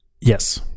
yes